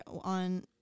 on